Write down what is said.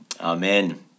Amen